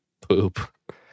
poop